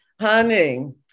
honey